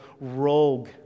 rogue